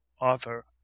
author